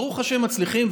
ברוך השם, מצליחים.